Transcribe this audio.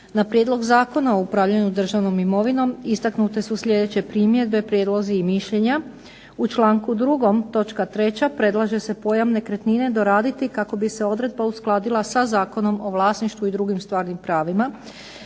Na prijedlog Zakona o upravljanju državnom imovinom istaknute su sljedeće primjedbe, prijedlozi i mišljenja. U članku 2. točka 3. predlaže se pojam nekretnine doraditi kako bi se odredba uskladila sa Zakonom o vlasništvu i drugim stvarnim pravima.